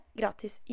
gratis